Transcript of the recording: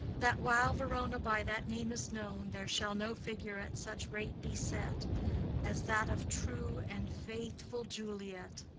that whiles verona by that name is known, there shall no figure at such rate be set as that of true and faithful juliet.